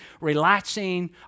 relaxing